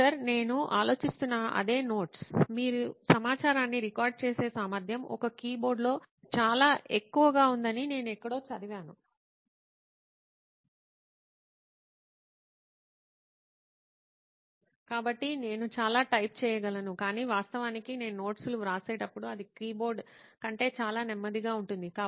professor నేను ఆలోచిస్తున్న అదేనోట్స్ మీరు సమాచారాన్ని రికార్డ్ చేసే సామర్థ్యం ఒక కీబోర్డ్లో చాలా ఎక్కువగా ఉందని నేను ఎక్కడో చదివాను కాబట్టి నేను చాలా టైప్ చేయగలను కాని వాస్తవానికి నేను నోట్స్ లు వ్రాసేటప్పుడు అది కీబోర్డ్ కంటే చాలా నెమ్మదిగా ఉంటుంది